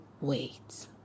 Wait